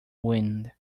wind